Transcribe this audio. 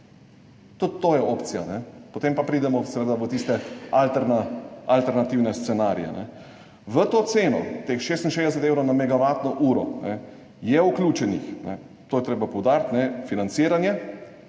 Tudi to je opcija. Potem pa pridemo seveda v tiste alternativne scenarije. V to ceno, teh 66 evrov na megavatno uro, je vključeno, to je treba poudariti, financiranje,